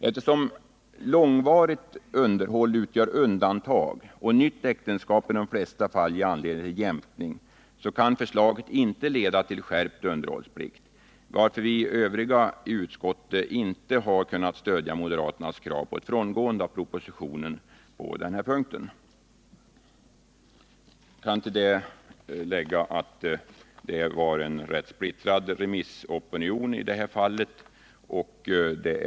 Eftersom långvarigt underhåll utgör undantag och nytt äktenskap i de flesta fall ger anledning till jämkning, kan förslaget inte leda till skärpt underhållsskyldighet, varför vi övriga i utskottet inte kunnat stödja moderaternas krav på ett frångående av propositionens förslag på denna punkt. Jag kan här tillägga att remissopinionen i det här fallet var ganska splittrad.